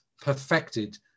perfected